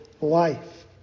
life